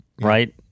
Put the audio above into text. Right